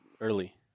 early